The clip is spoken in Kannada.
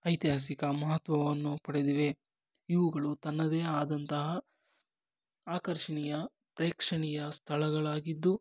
ಐತಿಹಾಸಿಕ ಮಹತ್ವವನ್ನು ಪಡೆದಿವೆ ಇವುಗಳು ತನ್ನದೇ ಆದಂತಹ ಆಕರ್ಷಣೀಯ ಪ್ರೇಕ್ಷಣೀಯ ಸ್ಥಳಗಳಾಗಿದ್ದು